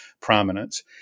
prominence